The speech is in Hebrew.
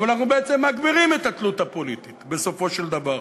אבל אנחנו בעצם מגבירים את התלות הפוליטית בסופו של דבר.